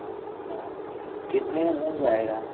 अच्छा कितने में बन जाएगा